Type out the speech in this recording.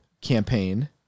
campaign